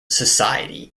society